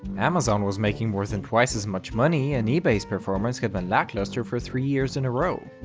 amazon was making more than twice as much money, and ebay's performance had been lackluster for three years in a row.